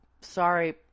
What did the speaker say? sorry